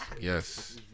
yes